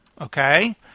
Okay